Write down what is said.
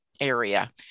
area